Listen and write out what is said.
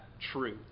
true